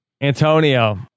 Antonio